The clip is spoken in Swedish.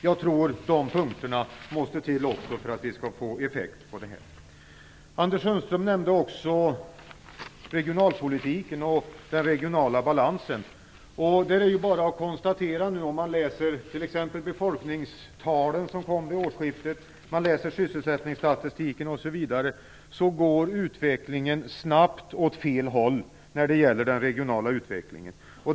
Jag tror att de punkterna måste till för att det skall ge effekt. Anders Sundström nämnde också regionalpolitiken och den regionala balansen. Om man läser befolkningstalen, som kom vid årsskiftet, sysselsättningsstatistiken osv. är det bara att konstatera att utvecklingen snabbt går åt fel håll när det gäller den regionala utvecklingen.